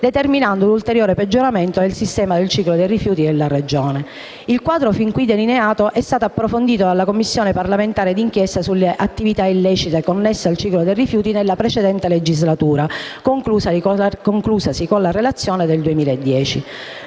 determinando un ulteriore peggioramento del sistema del ciclo dei rifiuti della Regione. Il quadro fin qui delineato è stato approfondito dalla Commissione parlamentare di inchiesta sulle attività illecite connesse al ciclo dei rifiuti nella precedente legislatura, conclusasi con la relazione del 2010.